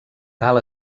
cal